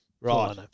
Right